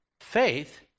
Faith